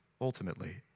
ultimately